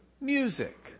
music